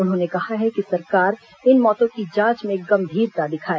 उन्होंने कहा है कि सरकार इन मौतों की जांच में गंभीरता दिखाए